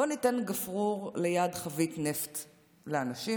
בואו ניתן גפרור ליד חבית נפט לאנשים.